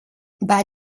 bei